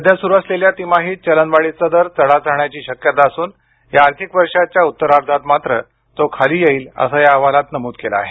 सध्या सुरू असलेल्या तिमाहीत चलनवाढीचा दर चढाच राहण्याची शक्यता असून या आर्थिक वर्षाच्या उत्तरार्धात मात्र तो खाली येईल असं या अहवालात म्हटलं आहे